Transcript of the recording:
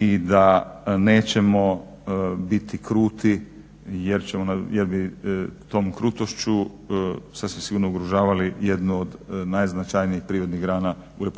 i da nećemo biti kruti jer bi tom krutošću sasvim sigurno ugrožavali jednu od najznačajnijih privrednih grana u RH.